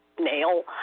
Nail